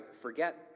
forget